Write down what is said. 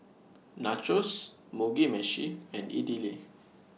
Nachos Mugi Meshi and Idili